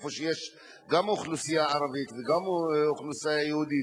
במקום שיש גם אוכלוסייה ערבית וגם אוכלוסייה יהודית,